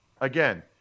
Again